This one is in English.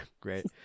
Great